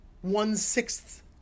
one-sixth